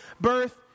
birth